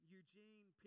Eugene